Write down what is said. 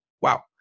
wow